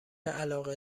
علاقه